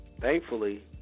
thankfully